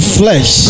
flesh